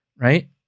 right